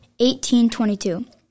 1822